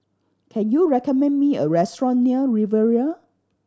can you recommend me a restaurant near Riviera